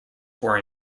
were